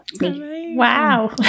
Wow